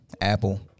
Apple